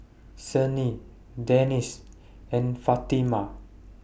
Senin Danish and Fatimah